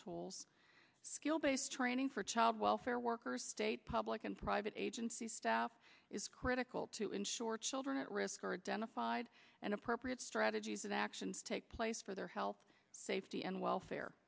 tools skill based training for child welfare workers state public and private agency staff is critical to ensure children at risk are dental fide and appropriate strategies and actions take place for their health safety and welfare